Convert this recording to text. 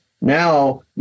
now